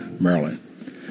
Maryland